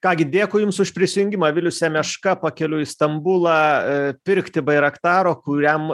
ką gi dėkui jums už prisijungimą vilius semeška pakeliui į stambulą pirkti bairaktaro kuriam